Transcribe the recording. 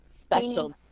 special